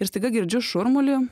ir staiga girdžiu šurmulį